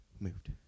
moved